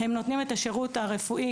הם נותנים את השירות הרפואי